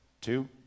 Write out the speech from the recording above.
two